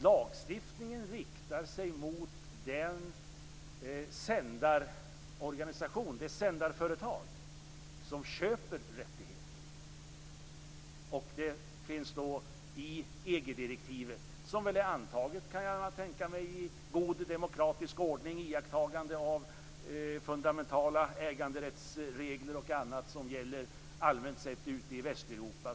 Lagstiftningen riktar sig mot det sändarföretag som köper rättigheten. Jag kan tänka mig att EG-direktivet är antaget i god demokratisk ordning och med iakttagande av fundamentala äganderättsregler som allmänt gäller ute i Västeuropa.